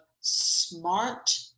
SMART